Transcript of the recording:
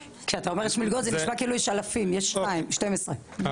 כשאתה אומר יש מלגות זה נשמע כאילו יש אלפי מלגות; יש כ-12 מלגות,